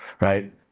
Right